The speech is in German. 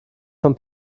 von